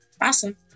Awesome